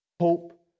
Hope